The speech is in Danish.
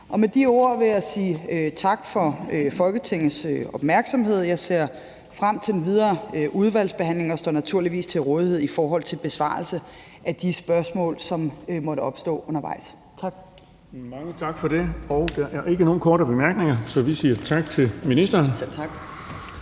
Med de ord vil jeg sige tak for Folketingets opmærksomhed. Jeg ser frem til den videre udvalgsbehandling og står naturligvis til rådighed i forhold til besvarelse af de spørgsmål, som måtte opstå undervejs. Tak. Kl. 10:46 Den fg. formand (Erling Bonnesen): Mange tak for det. Der er ikke nogen korte bemærkninger, så siger vi tak til ministeren. Da